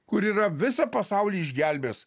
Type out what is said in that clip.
kur yra visą pasaulį išgelbės